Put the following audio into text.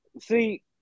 See